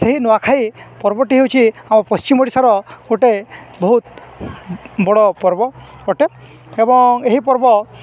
ସେହି ନୂଆଖାଇ ପର୍ବଟି ହେଉଛିି ଆମ ପଶ୍ଚିମ ଓଡ଼ିଶାର ଗୋଟେ ବହୁତ ବଡ଼ ପର୍ବ ଅଟେ ଏବଂ ଏହି ପର୍ବ